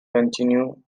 continue